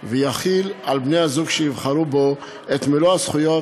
ויחיל על בני-הזוג שיבחרו בו את מלוא הזכויות